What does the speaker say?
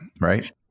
right